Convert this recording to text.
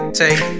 take